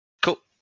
Cool